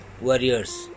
warriors